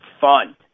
fund